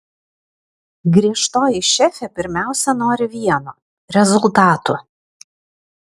griežtoji šefė pirmiausia nori vieno rezultatų